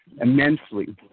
immensely